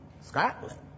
Scotland